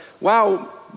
wow